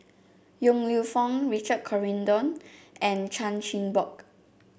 Yong Lew Foong Richard Corridon and Chan Chin Bock